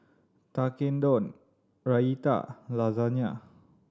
Tekkadon Raita Lasagna